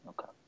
Okay